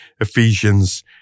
Ephesians